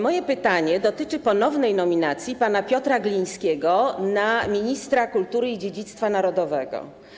Moje pytanie dotyczy ponownej nominacji pana Piotra Glińskiego na ministra kultury i dziedzictwa narodowego.